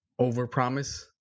overpromise